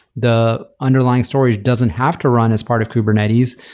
the underlying storage doesn't have to run as part of kubernetes,